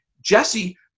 Jesse